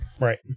Right